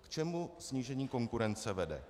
K čemu snížení konkurence vede?